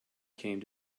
came